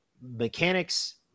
mechanics